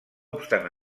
obstant